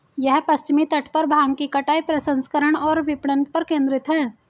यह पश्चिमी तट पर भांग की कटाई, प्रसंस्करण और विपणन पर केंद्रित है